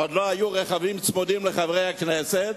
ועוד לא היו רכבים צמודים לחברי הכנסת.